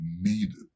needed